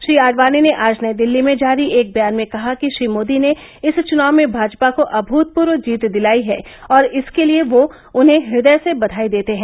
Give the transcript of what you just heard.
श्री आडवाणी ने आज नई दिल्ली में जारी एक बयान में कहा कि श्री मोदी ने इस चुनाव में भाजपा को अभूतपूर्व जीत दिलाई है और इसके लिए वह उन्हें हृदय से बधाई देते हैं